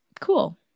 cool